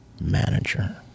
manager